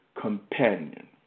companion